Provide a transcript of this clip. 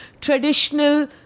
Traditional